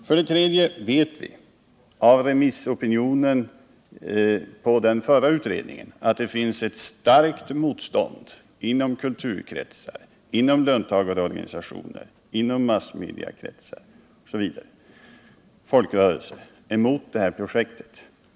För det tredje vet vi av remissopinionen på den förra utredningen att det finns ett starkt motstånd inom kulturkretsar, löntagarorganisationer, massmediakretsar, folkrörelser osv. mot detta projekt.